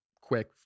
quick